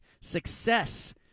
success